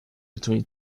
between